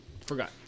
forgot